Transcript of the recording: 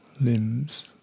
limbs